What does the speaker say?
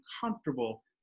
comfortable